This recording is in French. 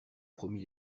promis